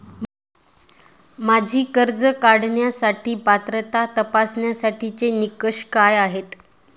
माझी कर्ज काढण्यासाठी पात्रता तपासण्यासाठीचे निकष काय आहेत?